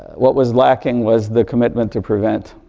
what was lacking was the commitment to prevent.